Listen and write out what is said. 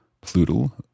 plural